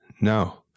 No